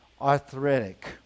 arthritic